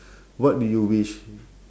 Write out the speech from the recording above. what do you wish